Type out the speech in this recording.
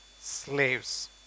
slaves